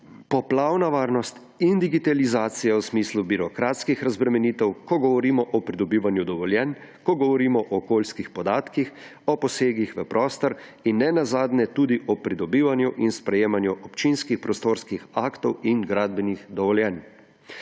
poplavna varnost in digitalizacija v smislu birokratskih razbremenitev, ko govorimo o pridobivanju dovoljenj, ko govorimo o okoljskih podatkih, o posegih v prostor in nenazadnje tudi o pridobivanju in sprejemanju občinskih prostorskih aktov in gradbenih dovoljenj.